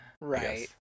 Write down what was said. Right